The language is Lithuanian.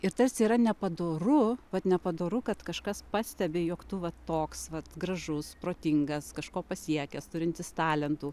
ir tarsi yra nepadoru vat nepadoru kad kažkas pastebi jog tu va toks vat gražus protingas kažko pasiekęs turintis talentų